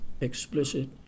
explicit